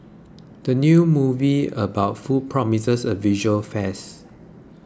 the new movie about food promises a visual feast